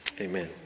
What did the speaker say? Amen